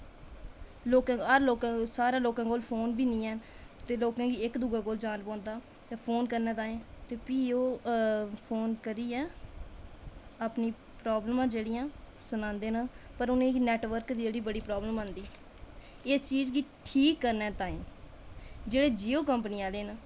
हर लोकें सारें लोकें कोल फोन बी निं ऐं ते लोकें ई इक्क दूऐ कोल जाना पौंदा ते फोन करने ताहीं ते भी ओह् फोन करियै अपनियां प्रॉब्लमां जेह्ड़ियां न ओह् सनांदे न पर उ'नें गी नेटवर्क दी जेह्ड़ी बड़ी प्रॉब्लम आंदी इस चीज़ गी ठीक करने ताहीं जेह्ड़े जियो कंपनी आह्ले न उ'नें गी